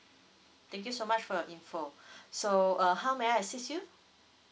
thank you so much for your info so uh how may I assist you